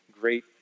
great